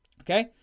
Okay